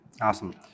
Awesome